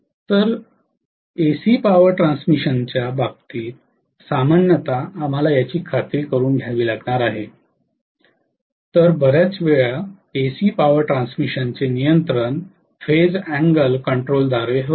तर AC power ट्रान्समिशनच्या बाबतीत सामान्यत आम्हाला याची खात्री करून घ्यावी लागणार आहे तर बऱ्याच वेळा एसी पॉवर ट्रान्समिशनचे नियंत्रण फेज अँगल कंट्रोलद्वारे होते